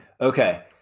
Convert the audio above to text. Okay